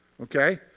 Okay